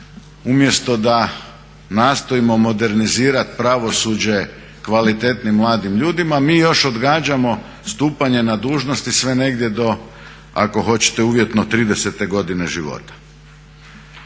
umjesto da nastojimo modernizirati pravosuđe kvalitetnim mladim ljudima, mi još odgađamo stupanje na dužnosti sve negdje do ako hoćete uvjetno 30.-te godine života.